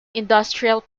industrial